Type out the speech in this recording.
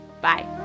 Bye